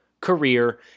career